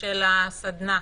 של הסדנה,